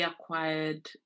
acquired